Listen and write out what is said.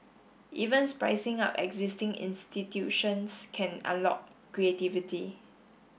even up existing institutions can unlock creativity